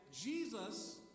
Jesus